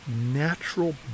natural